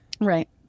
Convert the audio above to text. Right